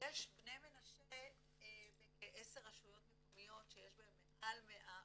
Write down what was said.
יש בני מנשה בכעשר רשויות מקומיות שיש בהן מעל 100 עולים,